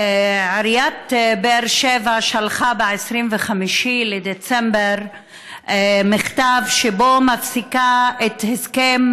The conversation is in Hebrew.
עיריית באר שבע שלחה ב-25 בדצמבר מכתב שבו היא מפסיקה את הסכם